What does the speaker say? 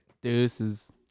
Deuces